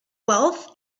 wealth